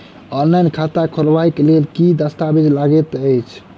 Online खाता खोलबय लेल केँ दस्तावेज लागति अछि?